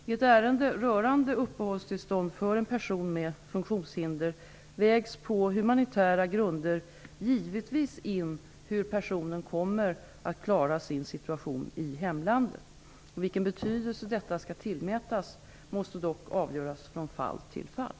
I ett ärende rörande uppehållstillstånd för en person med funktionshinder vägs på humanitära grunder givetvis in hur personen kommer att klara sin situation i hemlandet. Vilken betydelse detta skall tillmätas måste dock avgöras från fall till fall.